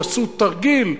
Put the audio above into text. יעשו תרגיל,